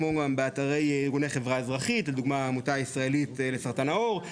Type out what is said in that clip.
כמו בארגוני חברה אזרחית לדוגמה העמותה הישראלית לסרטן העור,